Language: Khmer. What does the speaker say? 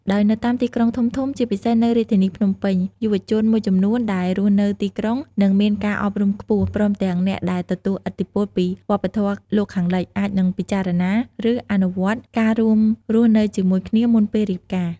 ដោយនៅតាមទីក្រុងធំៗ ជាពិសេសនៅរាជធានីភ្នំពេញ យុវជនមួយចំនួនដែលរស់នៅទីក្រុង និងមានការអប់រំខ្ពស់ ព្រមទាំងអ្នកដែលទទួលឥទ្ធិពលពីវប្បធម៌លោកខាងលិច អាចនឹងពិចារណា ឬអនុវត្តការរួមរស់នៅជាមួយគ្នាមុនពេលរៀបការ។